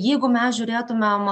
jeigu mes žiūrėtumėm